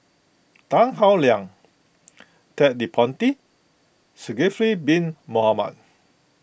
Tan Howe Liang Ted De Ponti Zulkifli Bin Mohamed